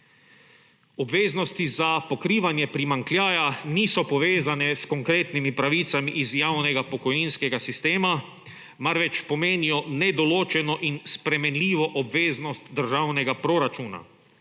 Obveznosti za pokrivanje primanjkljaja niso povezane s konkretnimi pravicami iz javnega pokojninskega sistema, marveč pomenijo nedoločeno in sprejemljivo obveznost državnega proračuna.